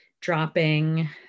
dropping